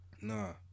Nah